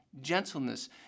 gentleness